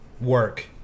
work